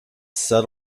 set